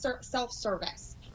self-service